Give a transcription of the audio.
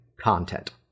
content